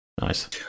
Nice